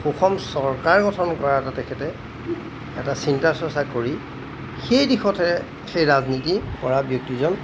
সুষম চৰকাৰ গঠন কৰাৰ এটা তেখেতে এটা চিন্তা চৰ্চা কৰি সেই দিশতহে সেই ৰাজনীতি কৰা ব্যক্তিজন